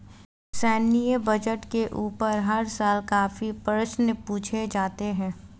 सैन्य बजट के ऊपर हर साल काफी प्रश्न पूछे जाते हैं